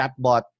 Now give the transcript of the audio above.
Chatbot